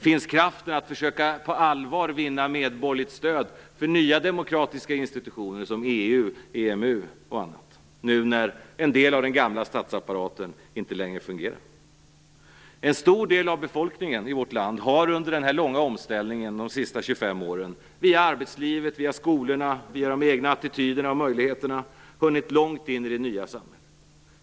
Finns kraften att på allvar försöka vinna medborgerligt stöd för nya demokratiska institutioner som EU, EMU och annat nu när en del av den gamla statsapparaten inte längre fungerar? En stor del av befolkningen i vårt land har under den långa omställningen de senaste 25 åren, via arbetslivet, skolorna och de egna attityderna och möjligheterna, hunnit långt in i det nya samhället.